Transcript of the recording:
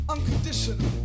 Unconditional